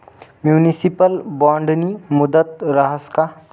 Municipal बॉन्डनी मुदत रहास का?